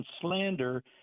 slander